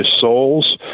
souls